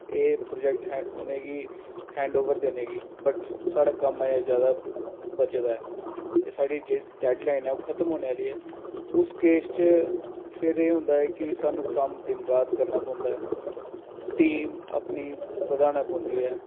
एह् प्रोजैक्ट उ'नें गी हैंडओवर देने गी बट साढ़ा कम्म अजें जैदा बचे दा है ते साढ़ी जेह्ड़ी डैड्डलाइन ऐ एह् ओह् खत्म होई गेदी ऐ उस केस च फ्ही केह् होंदा है कि असें गी कम्म दिन रात करना पौंदा ऐ टीम अपनी बधानी पौंदी ऐ